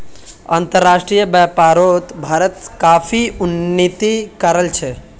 अंतर्राष्ट्रीय व्यापारोत भारत काफी उन्नति कराल छे